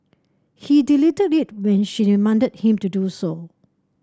he deleted it when she demanded him to do so